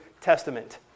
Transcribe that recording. Testament